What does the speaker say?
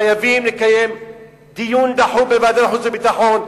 חייבים לקיים דיון דחוף בוועדת חוץ וביטחון,